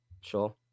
Sure